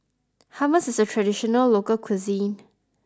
Hummus is a traditional local cuisine